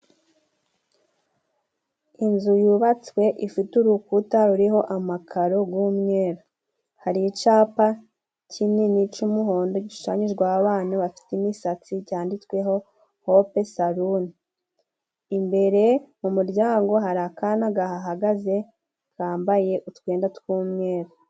Inzu yubatswe ifite urukuta ruriho amakaro g'umweru, hari icapa kinini cy'umuhondo gishushanyijweho abana bafite imisatsi cyanditsweho Hope Saluni, imbere mu muryango hari akana gahagaze kambaye utwenda tw'umweru.